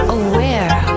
aware